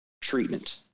treatment